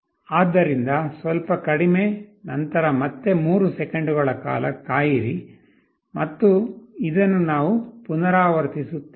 ಆದ್ದರಿಂದ ಸ್ವಲ್ಪ ಕಡಿಮೆ ನಂತರ ಮತ್ತೆ 3 ಸೆಕೆಂಡುಗಳ ಕಾಲ ಕಾಯಿರಿ ಮತ್ತು ಇದನ್ನು ನಾವು ಪುನರಾವರ್ತಿಸುತ್ತೇವೆ